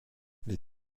les